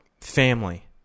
family